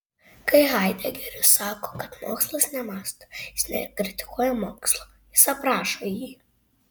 kai haidegeris sako kad mokslas nemąsto jis nekritikuoja mokslo jis aprašo jį